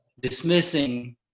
dismissing